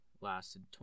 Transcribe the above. lasted